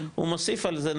הוא מוסיף על זה,